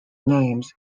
names